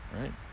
Right